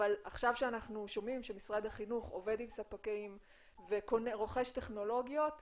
אבל עכשיו כשאנחנו שומעים שמשרד החינוך עובד עם ספקים ורוכש טכנולוגיות,